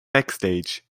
backstage